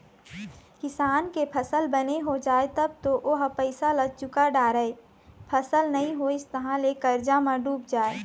किसान के फसल बने हो जाए तब तो ओ ह पइसा ल चूका डारय, फसल नइ होइस तहाँ ले करजा म डूब जाए